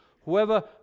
whoever